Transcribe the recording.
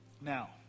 Now